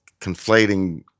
conflating